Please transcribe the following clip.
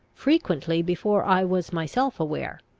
frequently before i was myself aware,